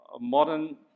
modern